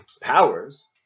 powers